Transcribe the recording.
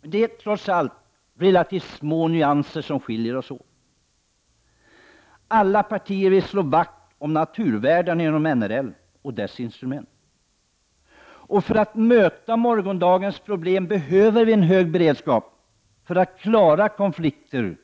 Det är trots allt relativt små nyanser som skiljer oss åt. Alla partier vill slå vakt om naturvärdena inom naturresurslagen och dess instrument. För att möta morgondagens problem behöver vi en hög beredskap för att klara konflikter